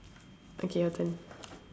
okay your turn